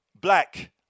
Black